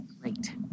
great